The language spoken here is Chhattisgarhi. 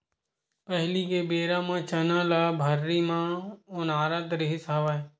पहिली के बेरा म चना ल भर्री म ओनारत रिहिस हवय